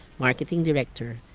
marketing director,